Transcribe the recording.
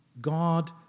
God